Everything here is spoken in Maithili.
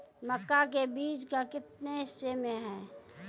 मक्का के बीज का कितने किसमें हैं?